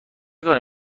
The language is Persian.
کاری